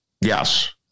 yes